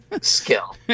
Skill